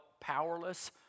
powerless